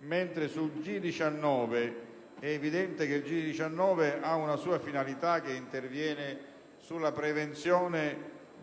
mentre è evidente che il G19 ha una propria finalità, che interviene sulla prevenzione